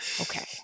Okay